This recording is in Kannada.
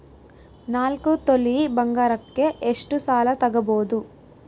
ನಾಲ್ಕು ತೊಲಿ ಬಂಗಾರಕ್ಕೆ ಎಷ್ಟು ಸಾಲ ತಗಬೋದು?